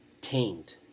tamed